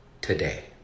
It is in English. today